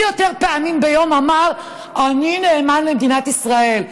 מי יותר פעמים ביום אמר "אני נאמן למדינת ישראל".